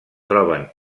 troben